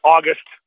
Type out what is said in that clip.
August